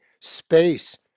space